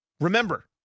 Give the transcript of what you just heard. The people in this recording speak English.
remember